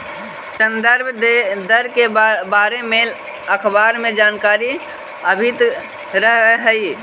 संदर्भ दर के बारे में अखबार में जानकारी आवित रह हइ